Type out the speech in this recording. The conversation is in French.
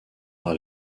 par